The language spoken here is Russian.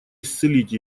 исцелить